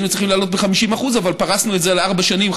היינו צריכים להעלות ב-50% אבל פרסנו את זה לארבע שנים.